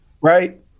Right